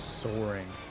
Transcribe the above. soaring